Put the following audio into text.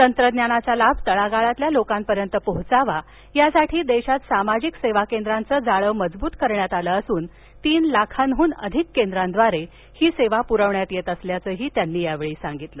तंत्रज्ञानाचा लाभ तळागाळातल्या लोकांपर्यंत पोहोचावा यासाठी देशात सामाजिक सेवा केंद्रांच जाळं मजबूत करण्यात आलं असून तीन लाखांहून अधिक केंद्रांद्वारे ही सेवा पुरविण्यात येत असल्याचही त्यांनी सांगितलं